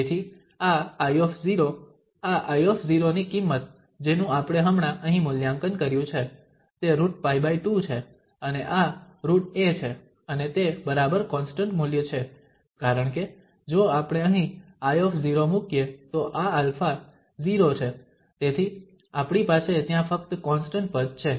તેથી આ I આ I ની કિંમત જેનું આપણે હમણાં અહીં મૂલ્યાંકન કર્યું છે તે √π2 છે અને આ √a છે અને તે બરાબર કોન્સ્ટંટ મૂલ્ય છે કારણ કે જો આપણે અહીં I મુકીએ તો આ α 0 છે તેથી આપણી પાસે ત્યાં ફક્ત કોન્સ્ટંટ પદ છે